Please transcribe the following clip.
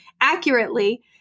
accurately